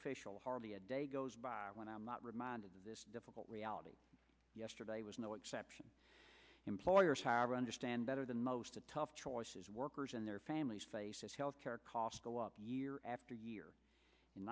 official hardly a day goes by when i'm not reminded of this difficult reality yesterday was no exception employers hire understand better than most to tough choices workers and their families face as health care costs go up year after year in